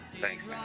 thanks